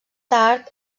tard